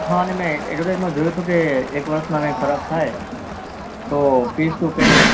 હા અને મેં એડવર્ટાઇઝમાં જોયું હતું કે એક વર્ષમાં કાંઈ ખરાબ થાય તો પીસ ટુ પીસ